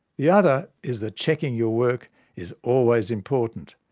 the other is that checking your work is always important.